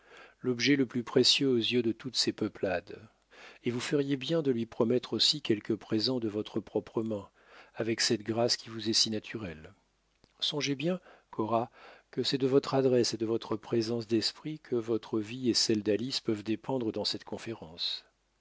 l'objet le plus précieux aux yeux de toutes ces peuplades et vous feriez bien de lui promettre aussi quelques présents de votre propre main avec cette grâce qui vous est si naturelle songez bien cora que c'est de votre adresse et de votre présence d'esprit que votre vie et celle d'alice peuvent dépendre dans cette conférence